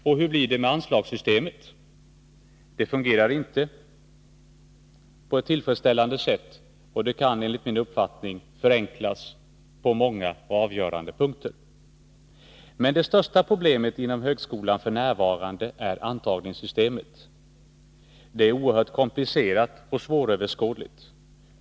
Och hur blir det med anslagssystemet? Det fungerar inte på ett tillfredsställande sätt, och det kan enligt min uppfattning förenklas på många och avgörande punkter. Men det största problemet inom högskolan är f. n. antagningssystemet. Det är oerhört komplicerat och svåröverskådligt.